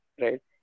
Right